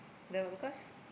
no because